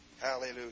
Hallelujah